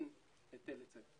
החודשים האחרונים אין היטל היצף,